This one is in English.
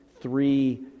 three